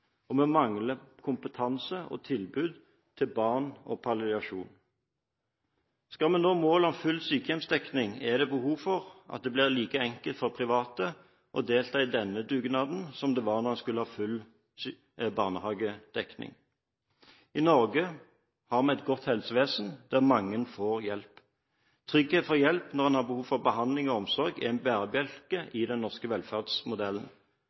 Norge. Vi mangler kompetanse og tilbud til barn og palliasjon. Skal vi nå målet om full sykehjemsdekning, er det behov for at det blir like enkelt for private å delta i denne dugnaden som det var da en skulle ha full barnehagedekning. I Norge har vi et godt helsevesen der mange får hjelp. Trygghet for hjelp når en har behov for behandling og omsorg, er en bærebjelke i den norske velferdsmodellen.